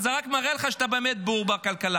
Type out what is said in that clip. זה רק מראה לך שאתה באמת בור בכלכלה.